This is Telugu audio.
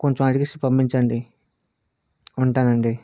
కొంచం అడిగేసి పంపించండి ఉంటానండి